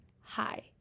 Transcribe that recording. Hi